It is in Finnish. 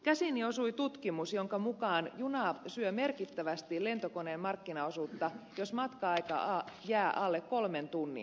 käsiini osui tutkimus jonka mukaan juna syö merkittävästi lentokoneen markkinaosuutta jos matka aika jää alle kolmen tunnin